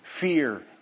fear